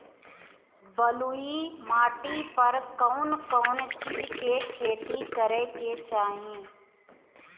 बलुई माटी पर कउन कउन चिज के खेती करे के चाही?